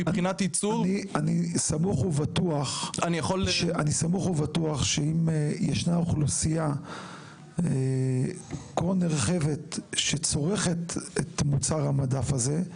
אני סמוך ובטוח שאם ישנה אוכלוסייה כה נרחבת שצורכת את מוצר המדף הזה,